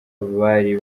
bari